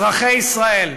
אזרחי ישראל,